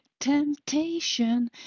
temptation